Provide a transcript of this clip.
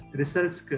results